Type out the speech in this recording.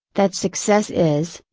that success is,